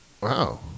Wow